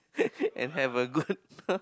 and have a good